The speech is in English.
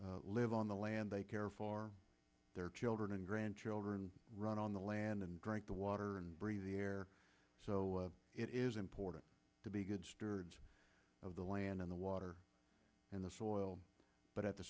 live on the land they care for their children and grandchildren run on the land and drink the water and breathe the air so it is important to be good stewards of the land in the water in the soil but at the